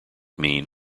mean